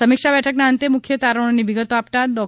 સમીક્ષા બેઠકના અંતે મુખ્ય તારણોની વિગતો આપતા ડો